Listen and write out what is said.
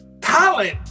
talent